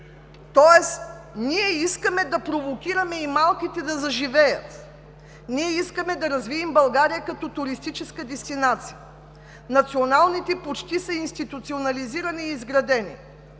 Тоест ние искаме да провокираме и малките да заживеят, искаме да развием България като туристическа дестинация, националните курорти почти са институционализирани и изградени.